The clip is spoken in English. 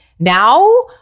Now